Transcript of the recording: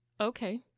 Okay